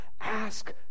ask